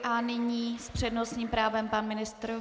A nyní s přednostním právem pan ministr.